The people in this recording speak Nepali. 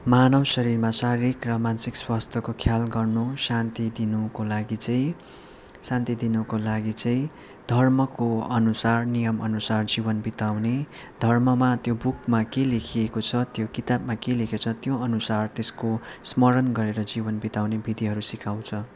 मानव शरीरमा शारीरिक र मानसिक स्वास्थ्यको ख्याल गर्नु शान्ति दिनुको लागि चाहिँ शान्ति दिनुको लागि चाहिँ धर्मको अनुसार नियम अनुसार जीवन बिताउने धर्ममा त्यो बुकमा के लेखिएको छ किताबमा के लेखेको छ त्यो अनुसार त्यसको स्मरण गरेर जीवन बिताउने विधिहरू सिकाउँछ